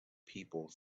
people